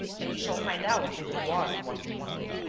and we shall find out who he was and what he wanted.